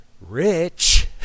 rich